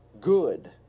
good